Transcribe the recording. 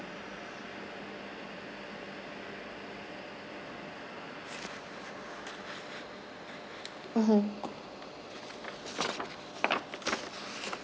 mmhmm